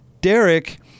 Derek